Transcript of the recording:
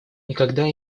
никогда